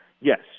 yes